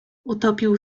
utopił